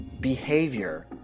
behavior